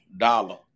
Dollar